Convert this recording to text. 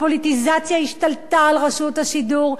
הפוליטיזציה השתלטה על רשות השידור.